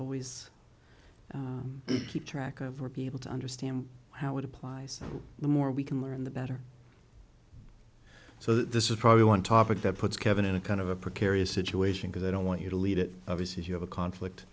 always keep track of or be able to understand how it applies the more we can learn the better so this is probably one topic that puts kevin in a kind of a precarious situation because i don't want you to leave it obvious if you have a conflict